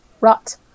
Rot